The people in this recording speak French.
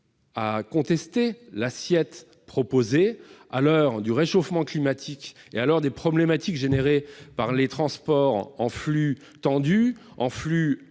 à contester l'assiette proposée, à l'heure du réchauffement climatique et des problématiques générées par les transports en flux express.